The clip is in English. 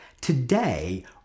today